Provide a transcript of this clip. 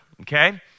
okay